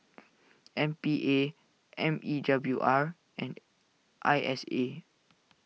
M P A M E W R and I S A